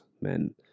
men